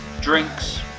drinks